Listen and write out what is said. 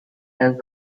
and